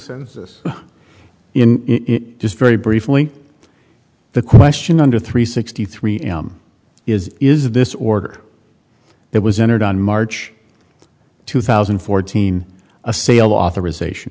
in it just very briefly the question under three sixty three am is is this order that was entered on march two thousand and fourteen a sale authorization